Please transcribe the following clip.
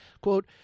Quote